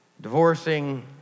divorcing